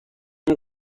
این